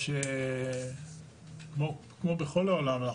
כמו בכל העולם,